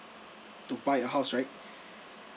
to buy a house right